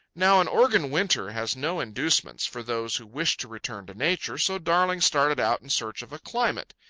now an oregon winter has no inducements for those who wish to return to nature, so darling started out in search of a climate.